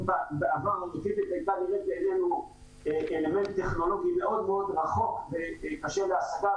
אם בעבר הרכבת הייתה באמת אלמנט טכנולוגי מאוד מאוד רחוק וקשה להשגה,